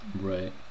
right